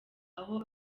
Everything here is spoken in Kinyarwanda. aho